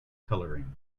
coloring